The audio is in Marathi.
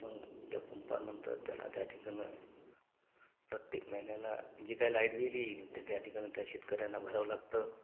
पण त्या पंपानंतर त्याला त्या ठिकाणं प्रत्येक महिन्याला जी काही लाईट बील येईल ते त्या ठिकाणं त्या शेतकऱ्यांना भरावं लागतं